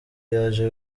yaje